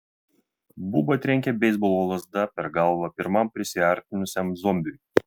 buba trenkė beisbolo lazda per galvą pirmam prisiartinusiam zombiui